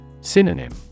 Synonym